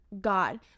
God